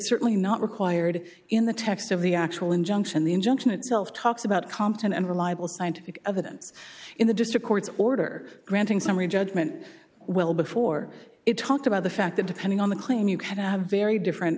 certainly not required in the text of the actual injunction the injunction itself talks about compton and reliable scientific evidence in the district court's order granting summary judgment well before it talked about the fact that depending on the claim you have a very different